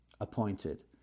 appointed